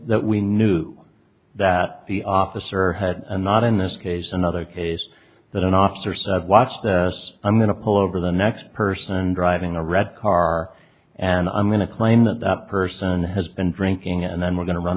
that we knew that the officer had a not in this case another case that an officer said watch this i'm going to pull over the next person driving a red car and i'm going to claim that that person has been drinking and then we're go